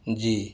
جی